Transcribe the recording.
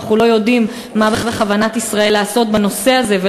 ואנחנו לא יודעים מה בכוונת ישראל לעשות בנושא הזה.